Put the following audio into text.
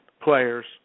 players